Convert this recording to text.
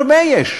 הרבה יש.